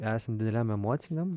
esant dideliam emociniam